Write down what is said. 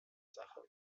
sache